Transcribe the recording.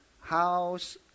house